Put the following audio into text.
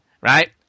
Right